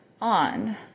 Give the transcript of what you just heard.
on